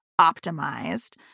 optimized